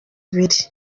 biri